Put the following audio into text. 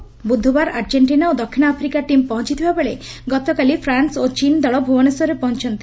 ସେନ୍ ପୂର୍ବରୁ ବୁଧବାର ଆର୍ଜେଷ୍ଟିନା ଓ ଦକ୍ଷିଣ ଆଫ୍ରିକା ଟିମ୍ ପହଞ୍ଚିଥିବା ବେଳେ ଗତକାଲି ଫ୍ରାନ୍ ଓ ଚୀନ୍ ଦଳ ଭୁବନେଶ୍ୱରରେ ପହଞିଛନ୍ତି